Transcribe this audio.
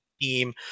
Team